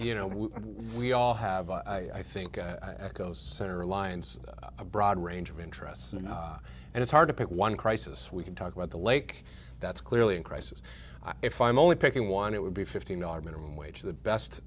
you know we all have i think i echo center lines a broad range of interests and it's hard to pick one crisis we can talk about the lake that's clearly in crisis i if i'm only picking one it would be fifteen our minimum wage the best